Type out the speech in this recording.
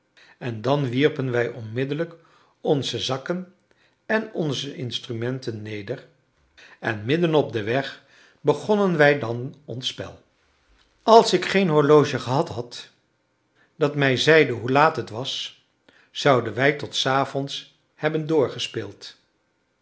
en dan wierpen wij onmiddellijk onze zakken en onze instrumenten neder en middenop den weg begonnen wij dan ons spel als ik geen horloge gehad had dat mij zeide hoe laat het was zouden wij tot s avonds hebben